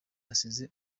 asize